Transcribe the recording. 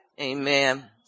Amen